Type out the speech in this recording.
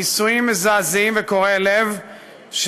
ניסויים מזעזעים וקורעי לב,